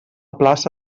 plaça